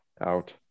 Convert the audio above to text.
out